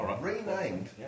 Renamed